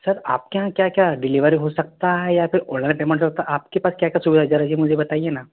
sir आपके यहाँ क्या क्या डिलीवरी हो सकता है या फिर ओलर डिमांड होता आपके पास क्या क्या सुविधा है ज़रा यह मुझे बताइए ना